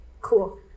Cool